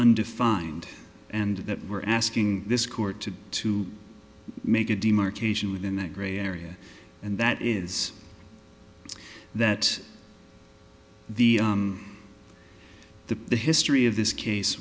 undefined and that we're asking this court to to make a demarcation within that gray area and that is that the the the history of this case